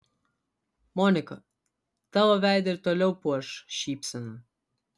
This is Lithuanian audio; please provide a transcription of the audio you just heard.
monika tavo veidą ir toliau puoš šypsena